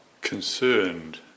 concerned